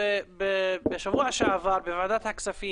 בשבוע שעבר בוועדת הכספים,